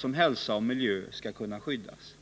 för att hälsa och miljö skall kunna skyddas.